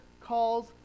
calls